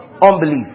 unbelief